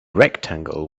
rectangle